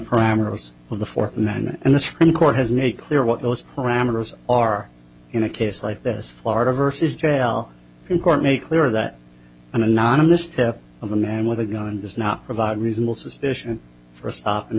parameters of the fourth amendment and the supreme court has been a clear what those parameters are in a case like this florida versus jail in court make clear that an anonymous tip of a man with a gun does not provide reasonable suspicion for a